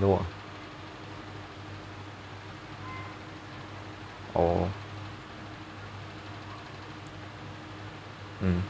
no ah oh mm